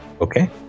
Okay